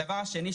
הדבר השני.